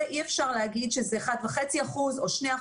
אי אפשר להגיד שזה 1.5% או 2%,